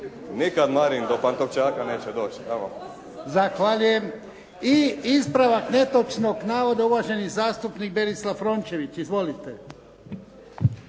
Nikad Marin do Pantovčaka neće doći. **Jarnjak, Ivan (HDZ)** Zahvaljujem. I ispravak netočnog navoda uvaženi zastupnik Berislav Rončević. Izvolite.